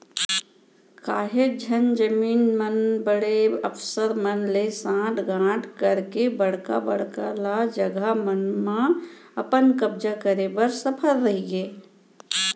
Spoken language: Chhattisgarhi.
काहेच झन जमींदार मन बड़े अफसर मन ले सांठ गॉंठ करके बड़का बड़का ल जघा मन म अपन कब्जा करे बर सफल रहिगे